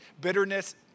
Bitterness